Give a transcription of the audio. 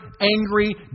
angry